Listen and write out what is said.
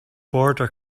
border